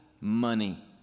money